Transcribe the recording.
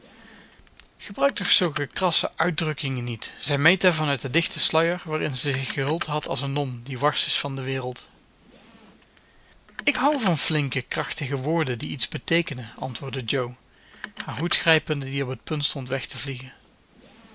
toch zulke krasse uitdrukkingen niet zei meta van uit den dichten sluier waarin ze zich gehuld had als een non die wars is van de wereld ik houd van flinke krachtige woorden die iets beteekenen antwoordde jo haar hoed grijpende die op het punt stond weg te vliegen